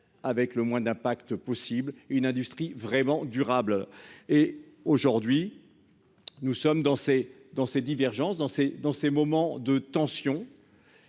avec le moins d'impact possible une industrie vraiment durable et aujourd'hui. Nous sommes dans ces dans ces divergences dans ces dans ces moments de tension.